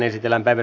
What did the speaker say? asia